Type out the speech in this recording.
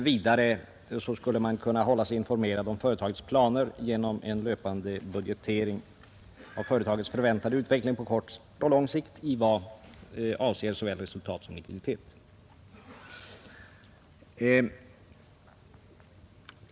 Vidare skulle de kunna hållas informerade om företagens planer genom en löpande budgetering av deras förväntade utveckling på kort och lång sikt i vad avser såväl resultat som likviditet.